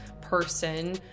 person